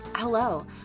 Hello